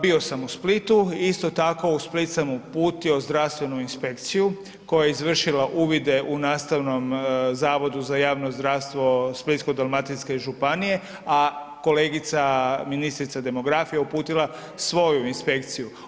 Bio sam u Splitu, isto tako u Split sam uputio zdravstvenu inspekciju koja je izvršila uvide u Nastavnom zavodu za javno zdravstvo Splitsko-dalmatinske županije, a kolegica ministrica demografije uputila svoju inspekciju.